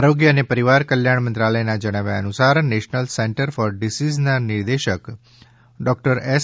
આરોગ્ય અને પરિવાર કલ્યાણ મંત્રાલયના જણાવ્યા અનુસાર નેશનલ સેન્ટર ફોર ડિસીઝના નિદેશક ડોકટર એસ